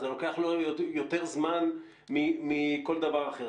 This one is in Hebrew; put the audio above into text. זה לוקח לו יותר זמן מכל דבר אחר,